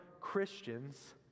christians